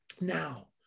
Now